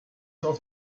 auf